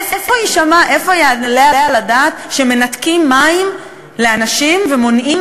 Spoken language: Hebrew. איפה יעלה על הדעת שמנתקים מים לאנשים ומונעים